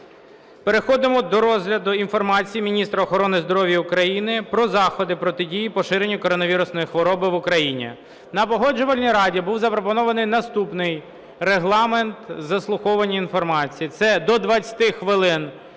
переходимо до інформації міністра охорони здоров’я України про заходи протидії поширенню коронавірусної хвороби в Україні. На Погоджувальній раді був запропонований наступний регламент: заслуховування інформації - це до 20 хвилин